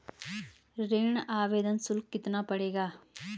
ऋण आवेदन शुल्क कितना पड़ेगा?